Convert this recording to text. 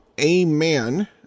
Amen